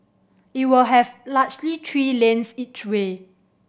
it will have largely three lanes each way